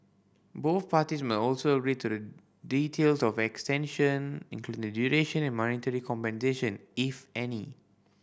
both parties must also agree to the details of extension including the duration and monetary compensation if any